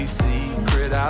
secret